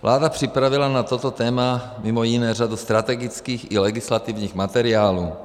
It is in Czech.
Vláda připravila na toto téma mimo jiné řadu strategických i legislativních materiálů.